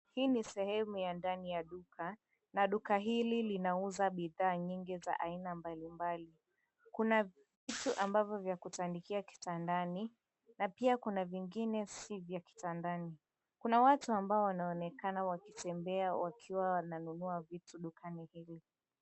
Hii ni sehemu ya ndani ya duka na duka hili linauza bidhaa nyingi za aina mbalimbali. Kuna vitu ambavyo vya kutandikia kitandani na pia kuna vingine si vya kitandani. Kuna watu ambao wanaonekana wakitembea wakiwa wananunua vitu dukani hili.